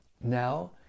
Now